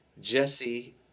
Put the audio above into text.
Jesse